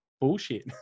bullshit